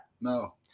no